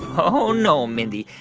ah oh, no, mindy.